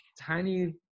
tiny